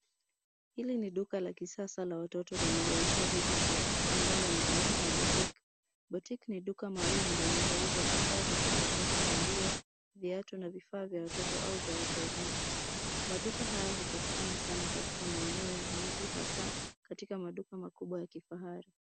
Hili ni duka la kisasa la watoto linaloitwa baby shop ambalo ni aina ya botique . Botique ni duka maalum linalo uza bidhaa za kipekee kama nguo, viatu na vifaa vya watoto au vya watu wazima. Maduka haya hupatikana sana katika maeneo ya miji hasa katika maduka makubwa ya kifahari.